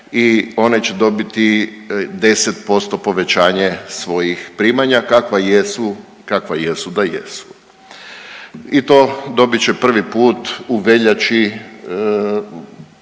i one će dobiti 10% povećanje svojih primanja kakva jesu da jesu. I to dobit će prvi put u veljači, dakle